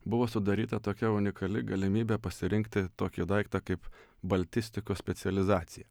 buvo sudaryta tokia unikali galimybė pasirinkti tokį daiktą kaip baltistikos specializacija